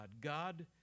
God